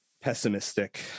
pessimistic